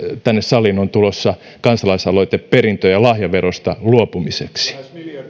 tänne saliin on tulossa kansalaisaloite perintö ja lahjaverosta luopumiseksi